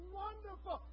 wonderful